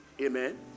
Amen